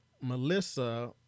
Melissa